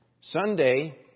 Sunday